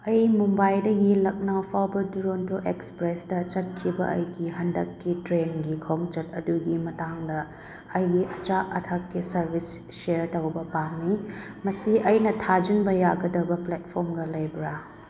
ꯑꯩ ꯃꯨꯝꯕꯥꯏꯗꯒꯤ ꯂꯛꯅꯧ ꯐꯥꯎꯕ ꯗꯨꯔꯣꯟꯗꯣ ꯑꯦꯛꯁꯄ꯭ꯔꯦꯁꯇ ꯆꯠꯈꯤꯕ ꯑꯩꯒꯤ ꯍꯟꯗꯛꯀꯤ ꯇ꯭ꯔꯦꯟꯒꯤ ꯈꯣꯡꯆꯠ ꯑꯗꯨꯒꯤ ꯃꯇꯥꯡꯗ ꯑꯩꯒꯤ ꯑꯆꯥ ꯑꯊꯛꯀꯤ ꯁꯥꯔꯕꯤꯁ ꯁꯤꯌꯔ ꯇꯧꯕ ꯄꯥꯝꯃꯤ ꯃꯁꯤ ꯑꯩꯅ ꯊꯥꯖꯤꯟꯕ ꯌꯥꯒꯗꯕ ꯄ꯭ꯂꯦꯠꯐꯣꯝꯒ ꯂꯩꯕ꯭ꯔꯥ